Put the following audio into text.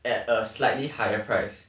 at a slightly higher price